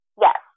Yes